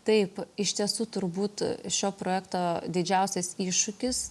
taip iš tiesų turbūt šio projekto didžiausias iššūkis